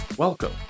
Welcome